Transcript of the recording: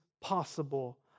possible